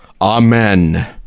Amen